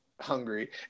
hungry